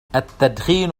التدخين